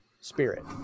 spirit